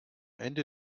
ende